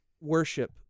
worship